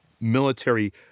military